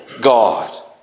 God